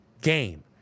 game